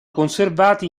conservati